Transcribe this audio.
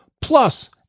plus